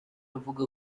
avuga